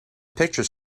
picture